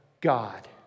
God